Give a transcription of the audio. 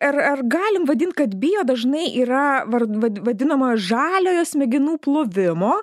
ar ar galim vadinti kad bio dažnai yra vadinama žaliojo smegenų plovimo